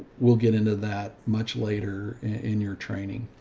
we'll get into that much later in your training.